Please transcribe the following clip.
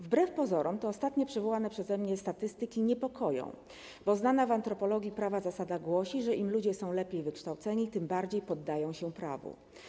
Wbrew pozorom te ostatnie przywołane przeze mnie statystyki niepokoją, bo znana w antropologii prawa zasada głosi, że im ludzie są lepiej wykształceni, tym bardziej poddają się prawu.